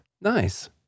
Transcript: nice